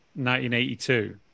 1982